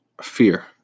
fear